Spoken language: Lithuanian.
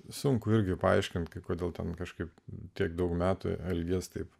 sunku irgi paaiškinti kodėl ten kažkaip tiek daug metų elgėsi taip